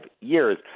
years